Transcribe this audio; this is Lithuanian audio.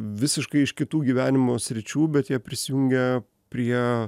visiškai iš kitų gyvenimo sričių bet jie prisijungia prie